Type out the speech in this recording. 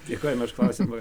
dėkojame už klausimą